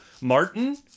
Martin